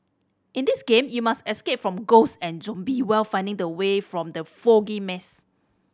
in this game you must escape from ghost and zombie while finding the way from the foggy maze